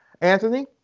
Anthony